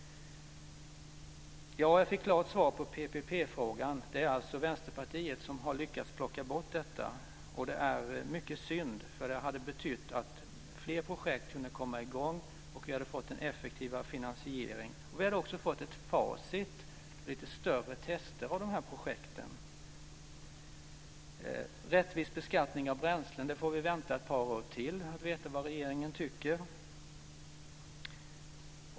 Jag fick ett klart svar på PPP-frågan. Det är alltså Vänsterpartiet som har lyckats plocka bort detta. Det är mycket synd, för det hade betytt att fler projekt kunde komma i gång, och vi hade fått en effektivare finansiering. Vi hade också fått ett facit och lite större test av de här projekten. Rättvis beskattning av bränslen får vi vänta ett par år till på att få veta vad regeringen tycker om.